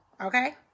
okay